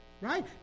right